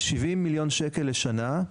כ-70 מיליון ₪ לשנה.